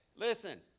Listen